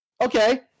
okay